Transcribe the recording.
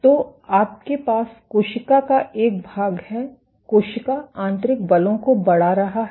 तो आपके पास कोशिका का एक भाग है कोशिका आंतरिक बलों को बढ़ा रहा है